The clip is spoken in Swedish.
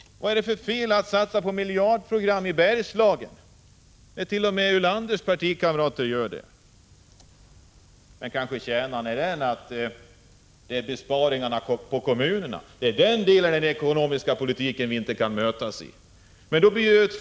Vad är det för fel att satsa på ett miljardprogram i Bergslagen, när t.o.m. Lars Ulanders partikamrater gör det? Kanske har det att göra med besparingarna på kommunerna — är det i den delen av den ekonomiska politiken som vi inte kan mötas?